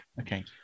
okay